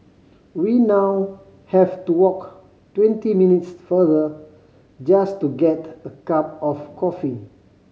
we now have to walk twenty minutes farther just to get a cup of coffee